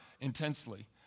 intensely